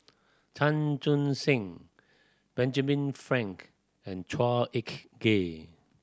Chan Chun Sing Benjamin Frank and Chua Ek Kay